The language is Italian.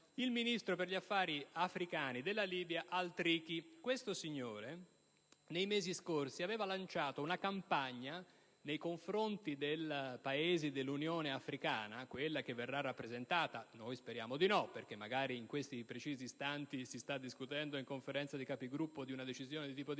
libico per gli affari africani Ali Triki. Questo signore, nei mesi scorsi, aveva lanciato una campagna nei confronti dei Paesi dell'Unione africana, che qui verrà rappresentata (anche se speriamo di no, perché magari in questo preciso istante si sta discutendo in Conferenza dei Capigruppo di adottare una decisione di tipo diverso),